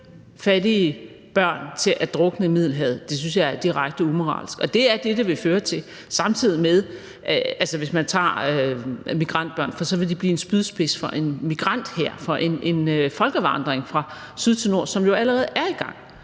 fattige børn til at drukne i Middelhavet, synes jeg er direkte umoralsk, og det er det, det vil føre til, hvis det er migrantbørn, for så vil de blive en spydspids for en migranthær, for en folkevandring fra Syd til Nord, som jo allerede er i gang,